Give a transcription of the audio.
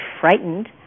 frightened